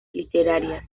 literarias